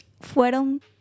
fueron